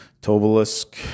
Tobolsk